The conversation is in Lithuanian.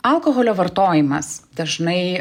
alkoholio vartojimas dažnai